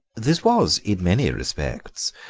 this was, in many respects,